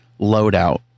loadout